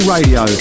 Radio